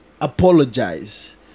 apologize